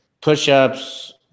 push-ups